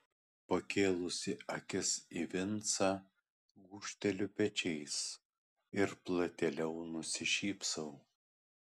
pakėlusi akis į vincą gūžteliu pečiais ir platėliau nusišypsau